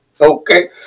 Okay